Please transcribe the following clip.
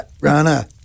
Rana